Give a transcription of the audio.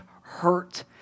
hurt